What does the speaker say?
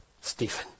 Stephen